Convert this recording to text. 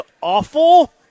awful